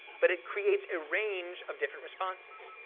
but it creates a range of different responses.